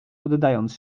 oddając